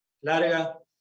larga